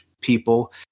people